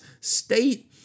State